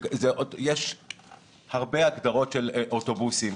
יש הרבה הגדרות של אוטובוסים,